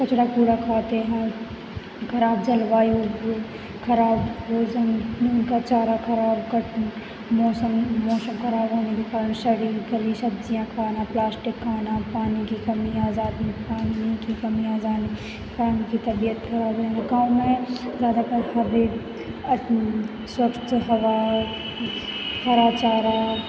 कचरा कूड़ा खाते हैं ख़राब जलवायु ख़राब भोजन दिन का चारा ख़राब कट मौसम मौसम ख़राब रहने के कारण सड़ी गली सब्ज़ियाँ खाना प्लास्टिक खाना पानी की कमी आ जाती है पानी की कमी आ जाने से उनकी तबियत ख़राब रहना गाँव में ज़्यादातर हर एक स्वच्छ हवा और हरा चारा